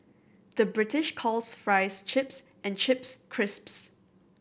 the British calls fries chips and chips crisps